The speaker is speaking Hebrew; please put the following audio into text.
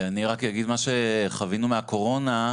אני אגיד רק מה שחווינו מהקורונה.